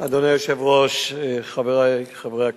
אדוני היושב-ראש, חברי חברי הכנסת,